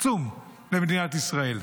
עצום, למדינת ישראל.